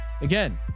Again